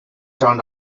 turned